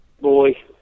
boy